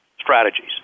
strategies